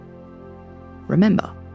Remember